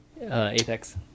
Apex